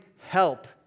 help